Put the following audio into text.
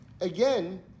again